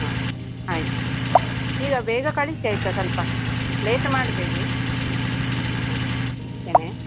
ಹಾಂ ಆಯ್ತು ಈಗ ಬೇಗ ಕಳಿಸಿ ಆಯಿತಾ ಸ್ವಲ್ಪ ಲೇಟ್ ಮಾಡಬೇಡಿ ಹಾಂ ಇಡ್ತೇನೆ